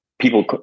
People